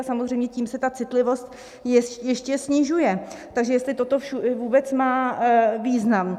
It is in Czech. Samozřejmě tím se ta citlivost ještě snižuje, takže jestli toto vůbec má význam.